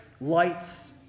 lights